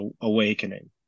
awakening